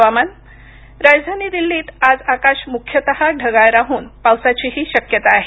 हवामान राजधानी दिल्लीत आज आकाश मुख्यतः ढगाळ राहून पावसाचीही शक्यता आहे